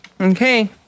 Okay